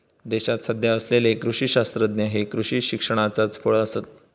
देशात सध्या असलेले कृषी शास्त्रज्ञ हे कृषी शिक्षणाचाच फळ आसत